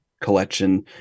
Collection